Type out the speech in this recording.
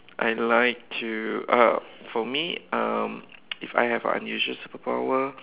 I like to uh for me um if I have unusual superpower